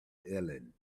eileen